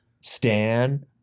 Stan